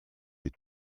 des